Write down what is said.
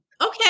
Okay